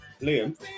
Liam